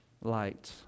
light